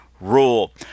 rule